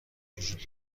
وجود